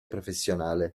professionale